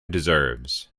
deserves